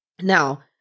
Now